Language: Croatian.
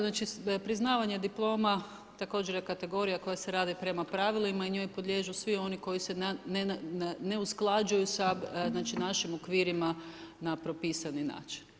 Znači priznavanje diploma također je kategorija koja se radi prema pravilima i njoj podliježu svi oni koji se ne usklađuju sa, znači našim okvirima na propisani način.